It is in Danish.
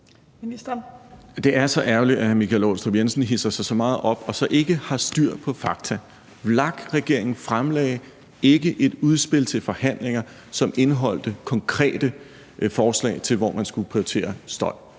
Det er så ærgerligt, at hr. Michael Aastrup Jensen hidser sig så meget op og så ikke har styr på fakta. VLAK-regeringen fremlagde ikke et udspil til forhandlinger, som indeholdt konkrete forslag til, hvor man skulle prioritere støj.